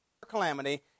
calamity